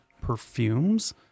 perfumes